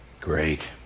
Great